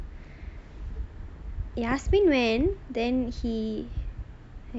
yasmine went then he ya